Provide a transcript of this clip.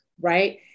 Right